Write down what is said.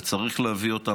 וצריך להביא אותם.